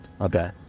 Okay